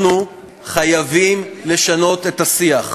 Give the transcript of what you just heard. אנחנו חייבים לשנות את השיח.